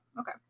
Okay